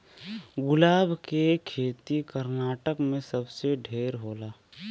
गुलाब के खेती कर्नाटक में सबसे ढेर होला